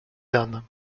dan